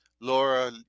Laura